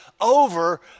over